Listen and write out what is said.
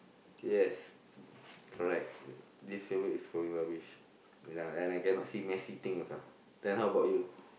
yes correct least favourite is throwing rubbish ya and I cannot see messy things ah then how about you